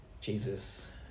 Jesus